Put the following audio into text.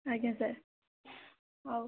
ଆଜ୍ଞା ସାର୍ ହେଉ